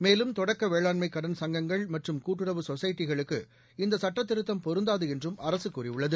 மேலும் தொடக்கவேளாண்மைகடன் சங்கங்கள் மற்றும் கூட்டுறவு சொசைட்டிகளுக்கு இந்தசுட்டத் திருத்தம் பொருந்தாதுஎன்றும் அரசுகூறியுள்ளது